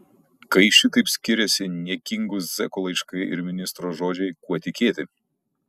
kai šitaip skiriasi niekingų zekų laiškai ir ministro žodžiai kuo tikėti